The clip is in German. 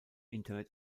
internet